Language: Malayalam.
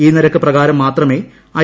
ഈ നിരക്ക് പ്രകാരം മാത്രമേ ഐ